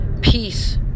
peace